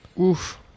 Oof